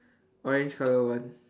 orange colour one